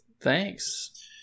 Thanks